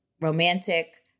romantic